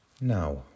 Now